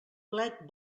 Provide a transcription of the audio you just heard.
plet